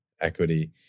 equity